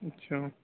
اچھا